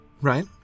Right